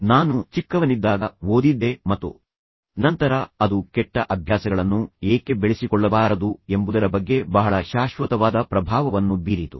ನಾನು ಚಿಕ್ಕವನಿದ್ದಾಗ ಓದಿದ್ದೆ ಮತ್ತು ನಂತರ ಅದು ಕೆಟ್ಟ ಅಭ್ಯಾಸಗಳನ್ನು ಏಕೆ ಬೆಳೆಸಿಕೊಳ್ಳಬಾರದು ಎಂಬುದರ ಬಗ್ಗೆ ಬಹಳ ಶಾಶ್ವತವಾದ ಪ್ರಭಾವವನ್ನು ಬೀರಿತು